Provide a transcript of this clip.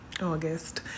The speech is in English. August